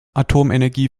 atomenergie